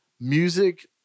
music